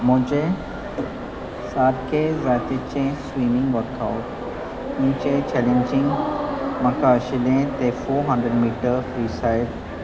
म्हजें सारके जातीचें स्विमींग वर्कआवट हाचें चॅलेंजींग म्हाका आशिल्लें तें फोर हंड्रेड मिटर फ्रिस्टायल